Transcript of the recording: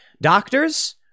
Doctors